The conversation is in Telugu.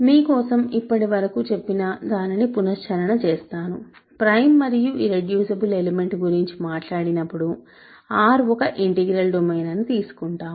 మీ కోసం ఇప్పటివరకు చెప్పిన దానిని పునశ్చరణ చేస్తాను ప్రైమ్ మరియు ఇర్రెడ్యూసిబుల్ ఎలిమెంట్ గురించి మాట్లాడినప్పుడు R ఒక ఇంటిగ్రల్ డొమైన్ అని తీసుకుంటాము